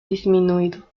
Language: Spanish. disminuido